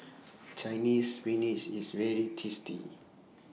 Chinese Spinach IS very tasty